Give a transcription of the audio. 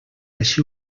així